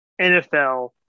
NFL